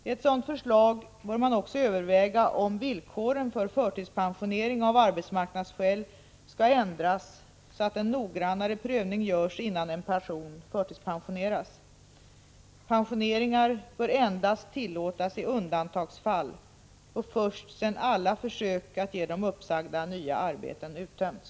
I ett sådant förslag bör man också överväga om villkoren för förtidspensionering av arbetsmarknadsskäl skall ändras så att en noggrannare prövning görs innan en person förtidspensioneras. Pensioneringar bör endast tillåtas i undantagsfall och först sedan alla möjligheter att ge de uppsagda nya arbeten uttömts.